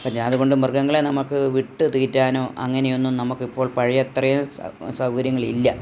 പിന്നെ അതുകൊണ്ട് മൃഗങ്ങളെ നമുക്ക് വിട്ട് തീറ്റാനോ അങ്ങനെയൊന്നും നമുക്കിപ്പോൾ പഴയ അത്രയും സ് സൗകര്യങ്ങളില്ല